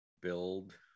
Build